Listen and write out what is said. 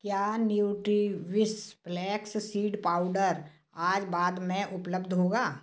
क्या Nutriwish flax seed powder आज बाद में उपलब्ध होगा